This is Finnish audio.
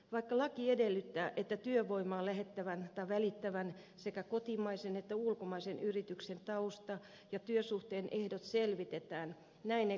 vaikka laki edellyttää että työvoimaa lähettävän tai välittävän sekä kotimaisen että ulkomaisen yrityksen tausta ja työsuhteen ehdot selvitetään näin ei kattavasti tapahdu